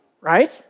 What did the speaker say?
right